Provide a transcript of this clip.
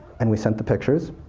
and we sent the pictures,